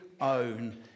own